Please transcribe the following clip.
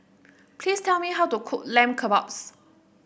please tell me how to cook Lamb Kebabs